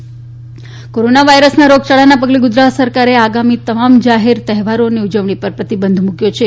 ગુજરાત સરકાર Covid corona વાયરસ રોગયાળાના પગલે ગુજરાત સરકારે આગામી તમામ જાહેર તહેવારો અને ઉજવણી પર પ્રતિબંધ મૂકયો છે